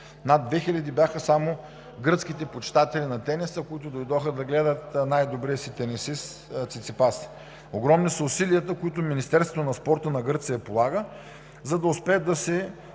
хиляди бяха само гръцките почитатели на тениса, които дойдоха да гледат най-добрия си тенисист Циципас. Огромни са усилията, които Министерството на спорта на Гърция полага, за да успеят да се